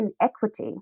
inequity